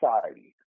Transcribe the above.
society